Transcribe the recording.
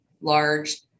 large